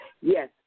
Yes